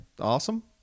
awesome